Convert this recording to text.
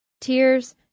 tears